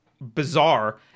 bizarre